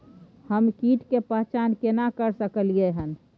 हम कीट के पहचान केना कर सकलियै हन?